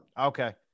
Okay